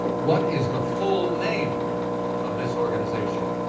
what is the full name of this organization?